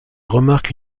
remarque